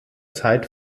zeit